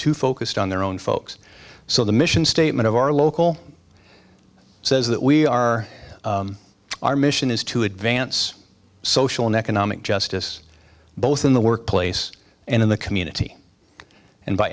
too focused on their own folks so the mission statement of our local says that we are our mission is to advance social and economic justice both in the workplace and in the community and by